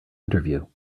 interview